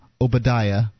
Obadiah